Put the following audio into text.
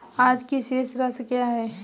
आज की शेष राशि क्या है?